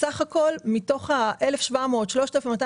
סך הכול מתוך 1,700, 3,200